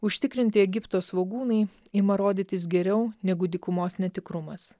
užtikrinti egipto svogūnai ima rodytis geriau negu dykumos netikrumas